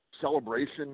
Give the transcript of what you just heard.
celebration